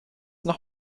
nach